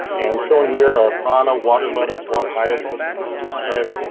and shown here are piranha, water lettuce, water hyacinth, fur blue strife,